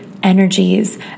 energies